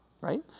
right